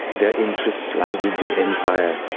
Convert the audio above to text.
their interests lie with the empire.